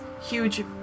huge